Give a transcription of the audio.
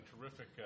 terrific